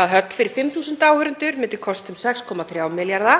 að höll fyrir 5.000 áheyrendur myndi kosta um 6,3 milljarða,